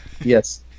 Yes